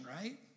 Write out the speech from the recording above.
right